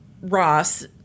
Ross